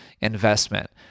investment